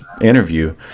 interview